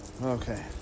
Okay